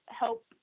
help